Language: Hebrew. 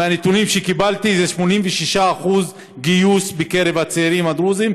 מהנתונים שקיבלתי זה 86% גיוס בקרב הצעירים הדרוזים,